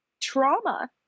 trauma